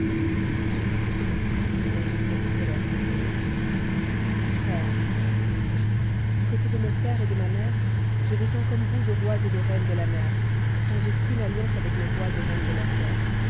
ce discours de mon frère me mit dans une grande colère contre lui mon frère lui dis-je du côté de mon père et de ma mère je descends comme vous de rois et de reines de la mer sans aucune alliance avec les mis et reines de la terre